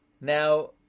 Now